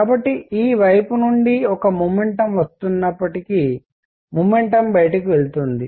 కాబట్టి ఈ వైపు నుండి ఒక మొమెంటం వస్తున్నప్పటికీ మొమెంటం బయటకు వెళుతుంది